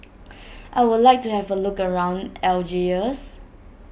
I would like to have a look around Algiers